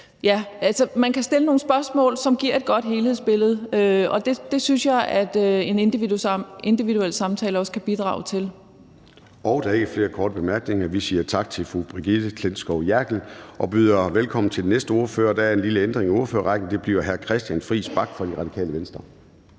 Ja, man kan stille nogle spørgsmål, som giver et godt helhedsbillede, og det synes jeg også at en individuel samtale kan bidrage til. Kl. 11:21 Formanden (Søren Gade): Der er ikke flere korte bemærkninger. Vi siger tak til fru Brigitte Klintskov Jerkel og byder velkommen til den næste ordfører. Der er en lille ændring i ordførerrækken, og det bliver hr. Christian Friis Bach fra Radikale Venstre.